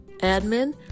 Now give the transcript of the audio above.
admin